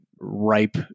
ripe